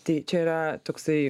tai čia yra toksai